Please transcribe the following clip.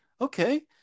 okay